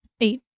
Eight